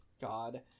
God